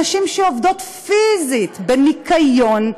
נשים שעובדות פיזית בניקיון,